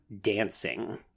dancing